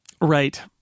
right